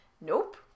Nope